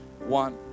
One